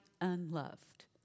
unloved